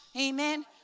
Amen